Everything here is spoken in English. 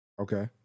Okay